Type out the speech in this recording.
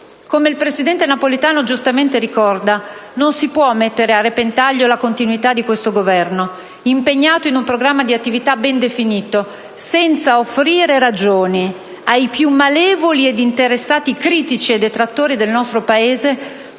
Come il presidente Napolitano giustamente ricorda, «non si può mettere a repentaglio la continuità di questo Governo, impegnato in un programma di attività ben definito, senza offrire ragioni ai più malevoli ed interessati critici e detrattori del nostro Paese,